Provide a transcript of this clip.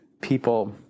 people